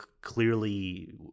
clearly